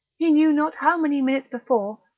he knew not how many minutes before,